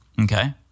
Okay